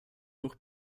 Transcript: hoch